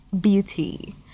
beauty